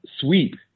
sweep